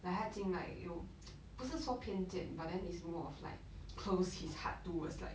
like 他最近 like 有不是说偏见 but then it's more of like close his heart towards like